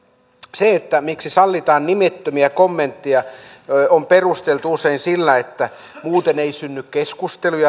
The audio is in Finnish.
se miksi sallitaan nimettömiä kommentteja on perusteltu usein sillä että muuten ei synny keskustelua